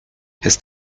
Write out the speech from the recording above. his